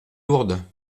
lourde